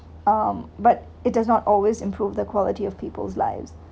um but it does not always improve the quality of people's lives